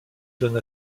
donne